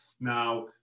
Now